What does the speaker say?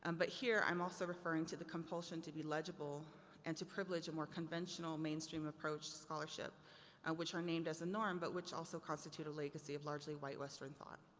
and but here i'm also referring to the compulsion to be legible and to privilege a more conventional mainstream appraoach to scholarship which are named as a norm but which also constitute a legacy of largely white western thought.